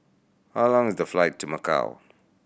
how long is the flight to Macau